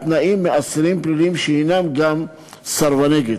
תנאים מאסירים פליליים שהם גם סרבני גט.